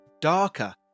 darker